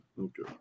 okay